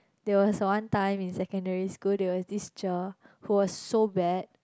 there was one time in secondary school there was cher who was so bad